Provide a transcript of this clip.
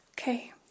Okay